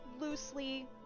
loosely